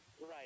Right